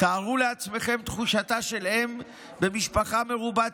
תארו לעצמכם את תחושתה של אם במשפחה מרובת